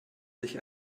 sich